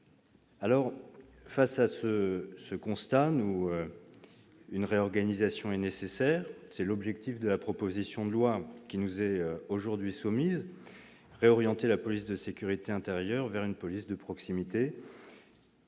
Aussi, face à ce constat, une réorganisation est nécessaire ; c'est l'objectif de la proposition de loi qui nous est aujourd'hui soumise. Il s'agit de réorienter la police de sécurité intérieure vers une police de proximité.